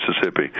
Mississippi